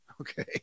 Okay